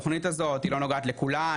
היא לא נוגעת בכולם.